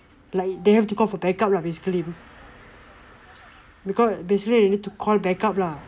like they have to call for backup lah basically basically you need to call back up lah